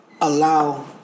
Allow